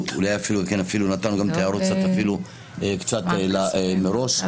אפילו נתנו קצת הערות מראש.